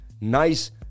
Nice